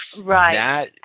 Right